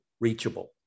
reachable